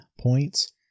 points